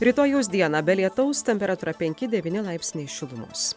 rytojaus dieną be lietaus temperatūra penki devyni laipsniai šilumos